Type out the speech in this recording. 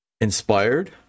inspired